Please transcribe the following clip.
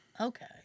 okay